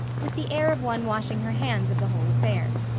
with the air of one washing her hands of the whole affair.